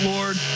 Lord